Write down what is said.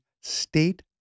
State